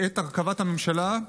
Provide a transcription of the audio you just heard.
בעת הרכבת הממשלה,